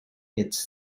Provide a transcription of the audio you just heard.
its